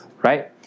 right